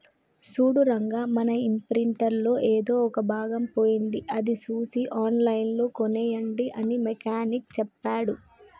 సూడు రంగా మన ఇంప్రింటర్ లో ఎదో ఒక భాగం పోయింది అది సూసి ఆన్లైన్ లో కోనేయండి అని మెకానిక్ సెప్పాడు